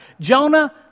Jonah